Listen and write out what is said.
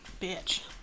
bitch